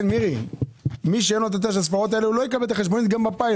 מי שאין לו את תשע הספרות האלה לא יקבל את החשבונית גם בפיילוט.